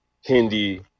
Hindi